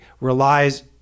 relies